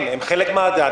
בכנסת,